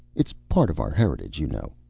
it's part of our heritage, you know.